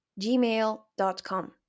gmail.com